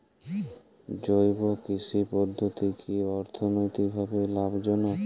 জৈব কৃষি পদ্ধতি কি অর্থনৈতিকভাবে লাভজনক?